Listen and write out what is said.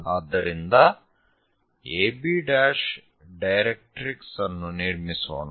ಆದ್ದರಿಂದ AB' directrix ಅನ್ನು ನಿರ್ಮಿಸೋಣ